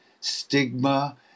stigma